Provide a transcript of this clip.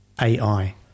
AI